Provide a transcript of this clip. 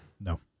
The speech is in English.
no